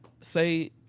say